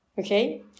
Okay